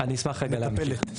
אני אשמח רגע להמשיך,